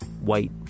white